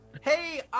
hey